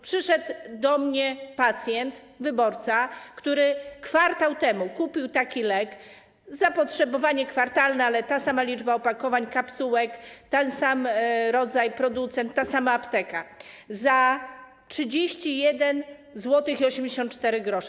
Przyszedł do mnie pacjent, wyborca, który kwartał temu kupił taki lek - zapotrzebowanie kwartalne, ale ta sama liczba opakowań, kapsułek, ten sam rodzaj, producent, ta sama apteka - za 31,84 zł.